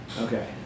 Okay